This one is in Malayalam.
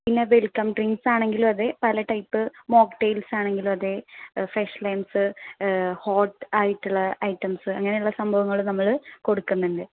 പിന്നെ വെൽകം ഡ്രിങ്ക്സ് ആണെങ്കിലും അതെ പല ടൈപ്പ് മോക്ക്ടെയിൽസ് ആണെങ്കിലും അതെ ഫ്രഷ് ലൈംസ് ഹോട്ട് ആയിട്ടുള്ള ഐറ്റംസ് അങ്ങനെയുള്ള സംഭവങ്ങളും നമ്മൾ കൊടുക്കുന്നുണ്ട്